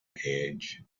edge